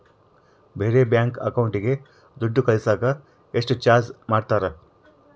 ಬೇರೆ ಬ್ಯಾಂಕ್ ಅಕೌಂಟಿಗೆ ದುಡ್ಡು ಕಳಸಾಕ ಎಷ್ಟು ಚಾರ್ಜ್ ಮಾಡತಾರ?